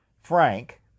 Frank